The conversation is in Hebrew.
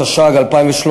התשע"ג 2013,